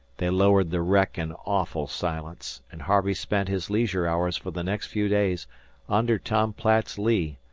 they lowered the wreck in awful silence, and harvey spent his leisure hours for the next few days under tom platt's lee,